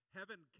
Heaven